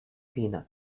peanut